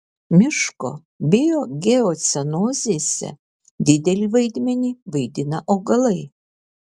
miško biogeocenozėse didelį vaidmenį vaidina augalai